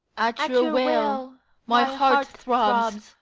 at your wail my heart throbs,